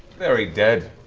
very dead.